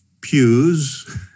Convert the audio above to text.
pews